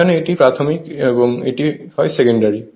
এখানে এটি প্রাথমিক এবং এটি হয় সেকেন্ডারি